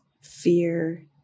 fear